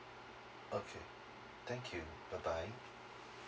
okay thank you bye bye